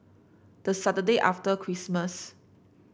the Saturday after Christmas